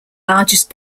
largest